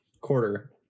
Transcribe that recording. quarter